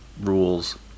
rules